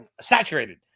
Saturated